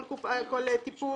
כל טיפול,